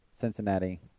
Cincinnati